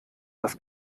dass